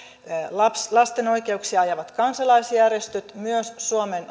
lasten oikeuksia ajavat kansalaisjärjestöt myös suomen